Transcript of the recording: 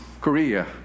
Korea